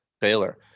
Baylor